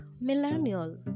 Millennial